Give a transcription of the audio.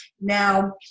Now